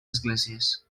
esglésies